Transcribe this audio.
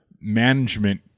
management